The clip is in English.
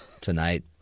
tonight